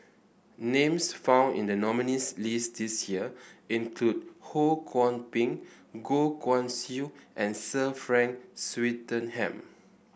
names found in the nominees' list this year include Ho Kwon Ping Goh Guan Siew and Sir Frank Swettenham